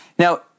Now